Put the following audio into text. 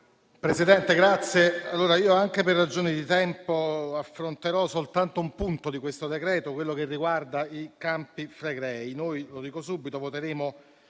Presidente, anche per ragioni di tempo io affronterò soltanto un punto di questo decreto, quello che riguarda i Campi Flegrei.